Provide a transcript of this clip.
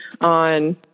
on